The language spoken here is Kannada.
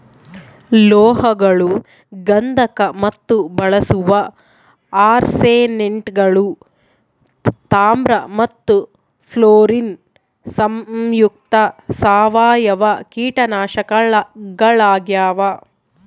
ಲೋಹಗಳು ಗಂಧಕ ಮತ್ತು ಬಳಸುವ ಆರ್ಸೆನೇಟ್ಗಳು ತಾಮ್ರ ಮತ್ತು ಫ್ಲೋರಿನ್ ಸಂಯುಕ್ತ ಸಾವಯವ ಕೀಟನಾಶಕಗಳಾಗ್ಯಾವ